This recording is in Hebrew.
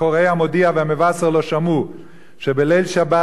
מקוראי "המודיע" ו"המבשר" לא שמע שבליל שבת